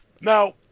Now